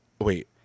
Wait